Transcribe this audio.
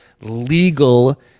legal